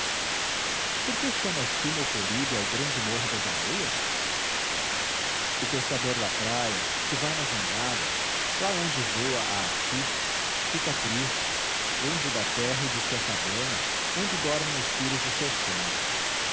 por que chamas tu mocoribe ao grande morro das areias o pescador da praia que vai na jangada lá onde voa a ati fica triste longe da terra e de sua cabana onde dormem os filhos de seu sangue